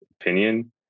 opinion